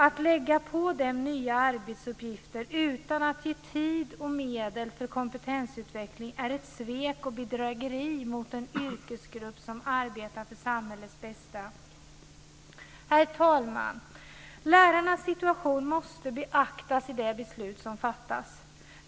Att lägga på dem nya arbetsuppgifter utan att ge tid och medel för kompetensutveckling är svek och bedrägeri mot en yrkesgrupp som arbetar för samhällets bästa. Herr talman! Lärarnas situation måste beaktas i det beslut som fattas.